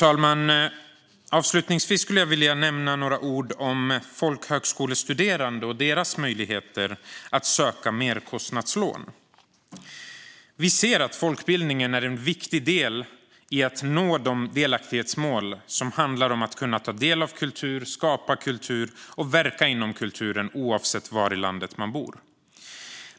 Jag ska också säga några ord om folkhögskolestuderande och deras möjligheter att söka merkostnadslån. Vi ser att folkbildningen är en viktig del i att nå de delaktighetsmål som handlar om att kunna ta del av kultur, skapa kultur och verka inom kultur oavsett var i landet man bor.